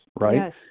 right